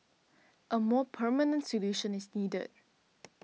a more permanent solution is needed